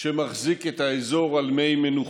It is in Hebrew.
שמחזיק את האזור על מי מנוחות.